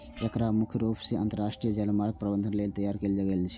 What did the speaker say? एकरा मुख्य रूप सं अंतरराष्ट्रीय जलमार्ग प्रबंधन लेल तैयार कैल गेल छै